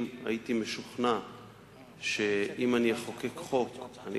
אם הייתי משוכנע שאם אני אחוקק חוק אני